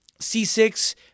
C6